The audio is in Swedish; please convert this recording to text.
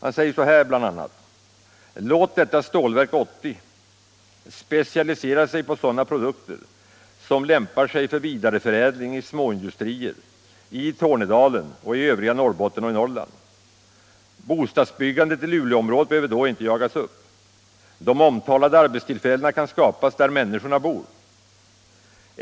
Han säger bl.a. så här: ”Låt detta Stålverk 80 specialisera sig på sådana produkter som lämpar sig för vidareförädling i småindustrier i Tornedalen och i övriga Norrbotten och Norrland. Bostadsbyggandet i Luleområdet behöver inte jagas upp. De omtalade arbetstillfällena kan skapas där människor bor.